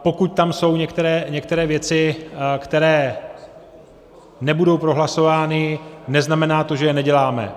Pokud tam jsou některé věci, které nebudou prohlasovány, neznamená to, že je neděláme.